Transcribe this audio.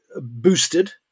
boosted